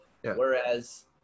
Whereas